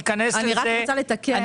אני רוצה לתקן.